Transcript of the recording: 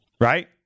Right